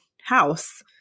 house